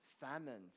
famines